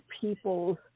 people's